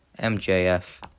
MJF